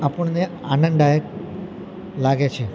આપણને આનંદદાયક લાગે છે